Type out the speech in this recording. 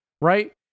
Right